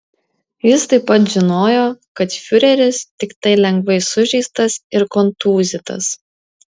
jis taip pat žinojo kad fiureris tiktai lengvai sužeistas ir kontūzytas